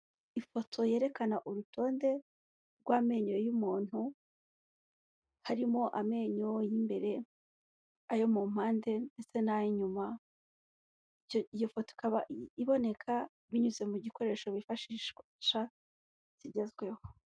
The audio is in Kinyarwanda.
Ifoto yerekana urutonde rw'amenyo y'umuntu harimo amenyo y'imbere, ayo mu mpande ndetse n'inyuma, iyo foto ikaba iboneka binyuze mu gikoresho bifashisha kigezweho.